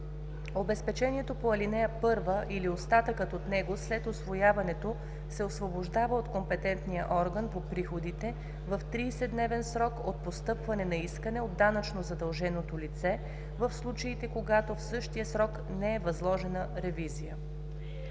Обезпечението по ал. 1 или остатъкът от него след усвояването се освобождава от компетентния орган по приходите в 30-дневен срок от постъпване на искане от данъчно задълженото лице, в случаите когато в същия срок не е възложена ревизия“.